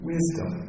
Wisdom